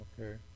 Okay